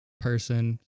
person